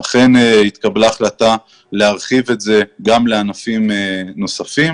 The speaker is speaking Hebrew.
אכן התקבלה החלטה להרחיב את זה גם לענפים נוספים